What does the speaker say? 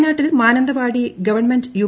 വയനാട്ടിൽ Mananthavady government U